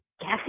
Cassie